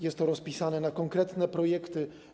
Jest to rozpisane na konkretne projekty.